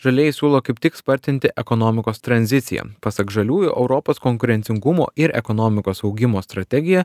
žalieji siūlo kaip tik spartinti ekonomikos tranziciją pasak žaliųjų europos konkurencingumo ir ekonomikos augimo strategija